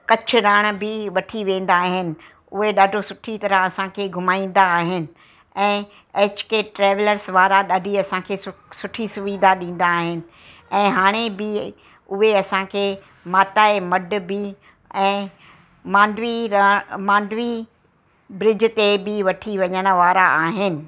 कच्छ रण बि वठी वेंदा आहिनि उए ॾाढो सुठी तरहं सां असांखे घुमाईंदा आहिनि ऐं एच के ट्रेवलर्स वारा ॾाढी असांखे सु सुठी सुविधा ॾींदा आहिनि ऐं हाणे बि उहे असांखे माता जे मड बि ऐं मांडवी र मांडवी ब्रिज ते बि वठी वञण वारा आहिनि